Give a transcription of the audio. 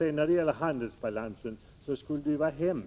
När det gäller handelsbalansen hade det verkligen varit illa,